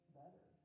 better